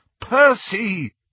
Percy